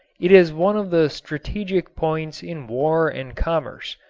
it is one of the strategic points in war and commerce.